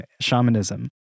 shamanism